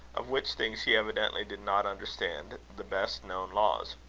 of which things he evidently did not understand the best known laws.